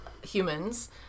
humans